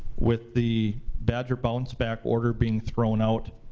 with the badger bounce back order being thrown out